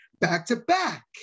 back-to-back